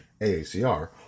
AACR